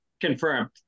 confirmed